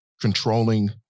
controlling